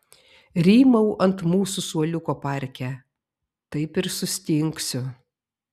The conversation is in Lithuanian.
rymau ant mūsų suoliuko parke taip ir sustingsiu